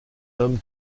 homme